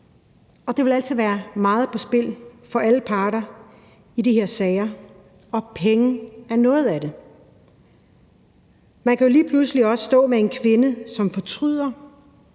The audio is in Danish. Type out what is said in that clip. og der vil altid være meget på spil for alle parter i de her sager, og penge er noget af det. Man kan jo også lige pludselig stå med en kvinde, som fortryder,